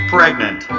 Pregnant